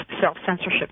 self-censorship